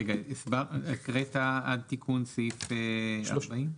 רגע, הקראת עד תיקון סעיף 40?